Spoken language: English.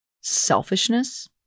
selfishness